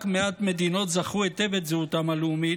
רק מעט מדינות זכרו היטב את זהותן הלאומית,